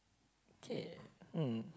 okay um